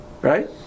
Right